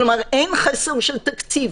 כלומר אין חסר בתקציב.